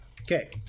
Okay